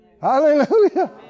Hallelujah